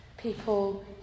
people